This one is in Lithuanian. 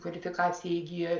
kvalifikaciją įgijo